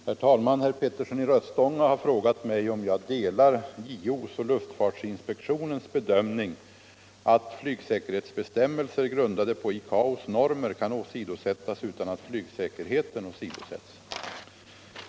Herr talman! Herr Petersson i Röstånga har frågat mig om jag delar JO:s och luftfartsinspektionens bedömning att flygsäkerhetsbestämmelser —- grundade på ICAO:s normer — kan åsidosättas utan att flygsäkerheten åsidosätts.